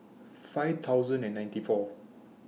five thousand and ninety four